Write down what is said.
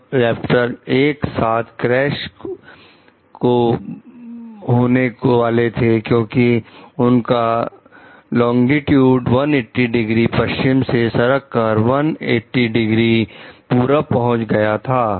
तब रैपटर एक साथ क्रैश को भुगतने वाले थे क्योंकि उनका लोंगिट्यूड 180 डिग्री पश्चिम से सरक 180 डिग्री पूरब पहुंच गया था